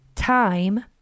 Time